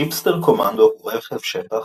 ג'יפסטר קומנדו הוא רכב שטח,